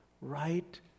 right